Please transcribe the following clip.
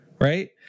Right